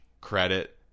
credit